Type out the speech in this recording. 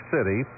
City